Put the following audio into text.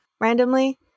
randomly –